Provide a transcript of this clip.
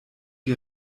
die